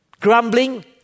grumbling